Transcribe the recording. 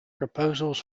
proposals